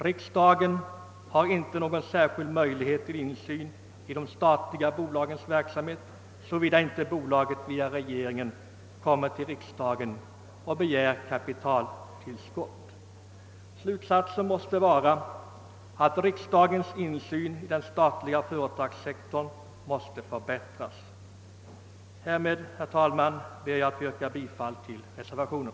Riksdagen har inte heller någon möjlighet till särskild insyn i de statliga bolagens verksamhet, såvida inte ett bolag via regeringen av riksdagen begär kapitaltillskott. Slutsatsen är att riksdagens möjligheter till insyn i den statliga företagssektorn måste förbättras. Med detta, herr talman, ber jag att få yrka bifall till reservationen.